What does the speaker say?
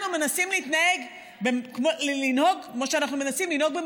מנסים לנהוג כמו שאנחנו מנסים לנהוג,